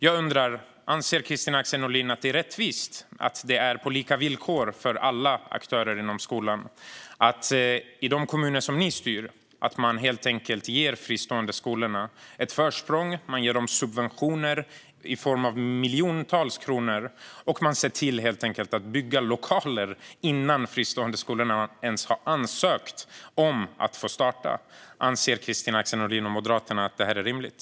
Anser Kristina Axén Olin att det är rättvist och att det är på lika villkor för alla aktörer inom skolan att man i de kommuner som ni styr helt enkelt ger de fristående skolorna ett försprång? Man ger subventioner i form av miljontals kronor och bygger lokaler innan de fristående skolorna ens har ansökt om att få starta sin verksamhet. Anser Kristina Axén Olin och Moderaterna att det här är rimligt?